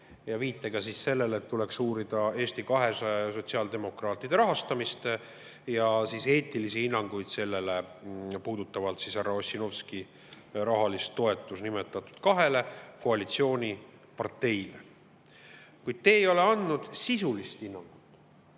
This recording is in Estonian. Ja viide on sellele, et tuleks uurida Eesti 200 ja sotsiaaldemokraatide rahastamist ja [anda] eetilisi hinnanguid, mis puudutavad härra Ossinovski rahalist toetust nimetatud kahele koalitsiooniparteile. Kuid te ei ole andnud sisulist hinnangut